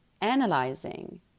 analyzing